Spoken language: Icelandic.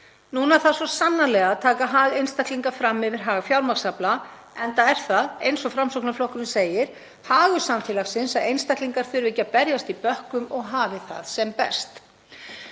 Núna þarf svo sannarlega að taka hag einstaklinga fram yfir hag fjármagnsafla enda er það, eins og Framsóknarflokkurinn segir, hagur samfélagsins að einstaklingar þurfi ekki að berjast í bökkum og hafi það sem best.